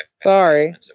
Sorry